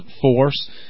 force